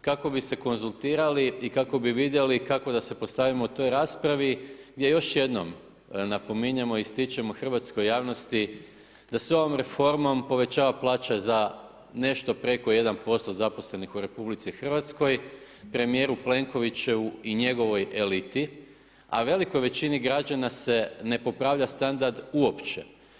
kako bi se konzultirali i kako bi vidjeli kako da se postavimo u toj raspravi gdje još jednom napominjemo, ističemo hrvatskoj javnosti, da se ovom reformom povećava plaća za nešto preko 1% zaposlenih u RH premijeru Plenkoviću i njegovoj eliti a velikoj većini građana se ne popravlja standard uopće.